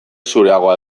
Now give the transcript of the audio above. zureagoa